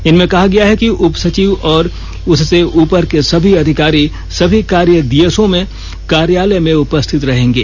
इनमें कहा गया है कि उपसचिव और उससे उपर के सभी अधिकारी सभी कार्य दिवसों में कार्यालय में उपस्थित रहेंगे